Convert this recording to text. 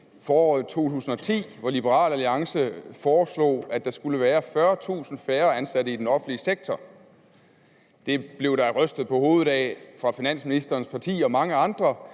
foråret 2010, hvor Liberal Alliance foreslog, at der skulle være 40.000 færre ansatte i den offentlige sektor. Det blev der rystet på hovedet ad af finansministerens parti og mange andre;